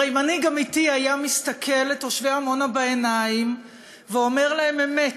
הרי מנהיג אמיתי היה מסתכל לתושבי עמונה בעיניים ואומר להם אמת: